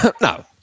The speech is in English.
No